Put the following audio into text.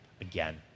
again